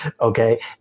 okay